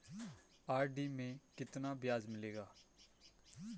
RD में कितना ब्याज मिलेगा?